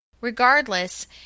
Regardless